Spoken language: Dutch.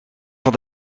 van